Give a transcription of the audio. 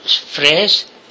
phrase